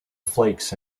flakes